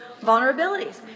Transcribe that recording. vulnerabilities